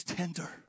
tender